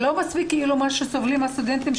לא מספיק הסבל של הסטודנטים,